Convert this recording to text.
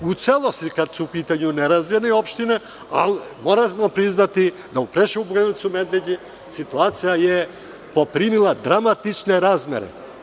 U celosti kada su u pitanju nerazvijene opštine, ali moramo priznati, da u Preševu, Bujanovcu, Medveđi, inflacija je poprimila dramatične razmere.